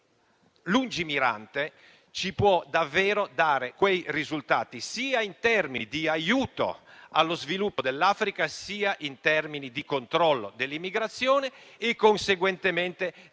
lungimirante, ci può davvero dare dei risultati, sia in termini di aiuto allo sviluppo dell'Africa, sia in termini di controllo dell'immigrazione e, conseguentemente, di una